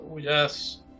yes